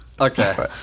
Okay